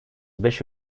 beş